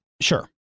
Sure